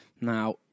Now